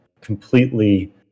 completely